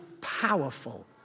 powerful